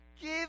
Give